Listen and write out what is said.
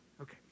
Okay